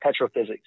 Petrophysics